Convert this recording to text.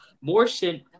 Morrison